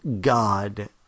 God